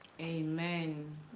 amen